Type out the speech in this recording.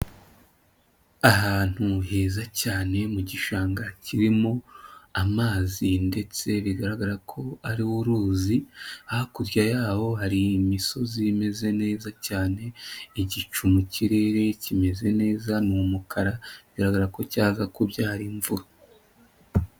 Ahantu heza cyane mu gishanga kirimo amazi ndetse bigaragara ko ari uruzi, hakurya yaho hari imisozi imeze neza cyane, igicu mu kirere kimeze neza ni umukara, bigaragara ko cyaza kubyara imvura.